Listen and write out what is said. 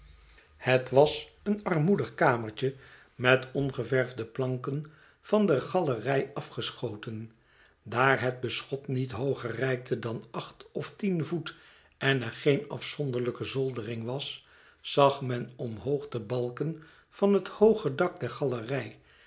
het was een armoedig kamertje met ongeverfde planken van de galerij afgeschoten daar het beschot niet hooger reikte dan acht of tien voet en er geen afzonderlijke zoldering was zag men omhoog de balken van het hooge dak der galerij